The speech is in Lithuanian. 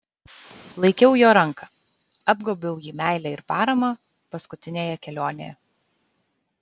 laikiau jo ranką apgaubiau jį meile ir parama paskutinėje kelionėje